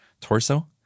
torso